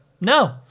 no